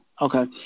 Okay